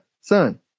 son